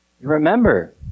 Remember